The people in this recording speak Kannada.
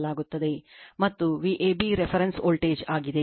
ಮತ್ತು Vab ರೆಫರೆನ್ಸ್ ವೋಲ್ಟೇಜ್ ಆಗಿದೆ